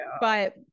But-